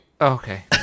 okay